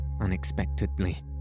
unexpectedly